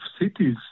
cities